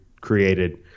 created